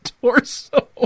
torso